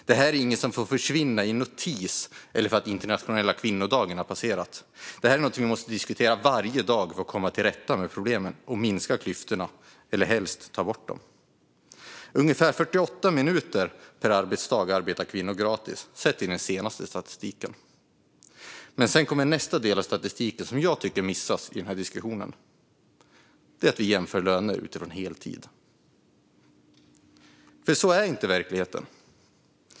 Detta är inget som får försvinna i en notis eller för att internationella kvinnodagen har passerat. Detta är någonting vi måste diskutera varje dag för att komma till rätta med problemen och minska klyftorna, eller helst ta bort dem. Ungefär 48 minuter per arbetsdag arbetar kvinnor gratis, sett till den senaste statistiken. Men sedan kommer nästa del av statistiken, som jag tycker missas i den här diskussionen. Vi jämför ju löner utifrån att alla jobbar heltid, men så är inte verkligheten.